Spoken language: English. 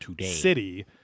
city